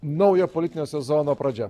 naujo politinio sezono pradžia